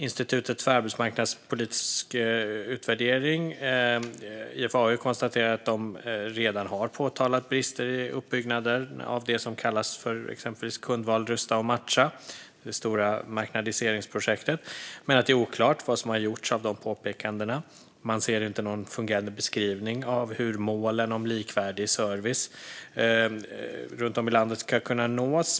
Institutet för arbetsmarknadspolitisk utvärdering, IFAU, konstaterar att de redan har påpekat brister i uppbyggnaden av det som kallas Kundval rusta och matcha, det stora marknadiseringsprojektet, men att det är oklart vad som har gjorts med de påpekandena. Man ser inte någon fungerande beskrivning av hur målen om likvärdig service runt om i landet ska kunna nås.